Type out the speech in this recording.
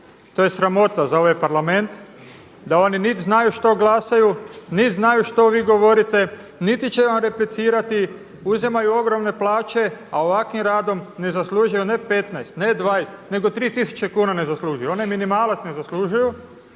To je sramota za ovaj Parlament da oni niti znaju što glasaju, niti znaju što vi govorite, niti će vam replicirati. Uzimaju ogromne plaće, a ovakvim radom ne zaslužuju ne 15, ne 20, nego tri tisuće kuna ne zaslužuju, onaj minimalac ne zaslužuju